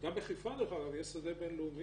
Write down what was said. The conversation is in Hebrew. גם בחיפה דרך אגב יש שדה בין-לאומי,